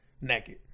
naked